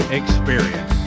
experience